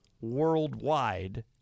worldwide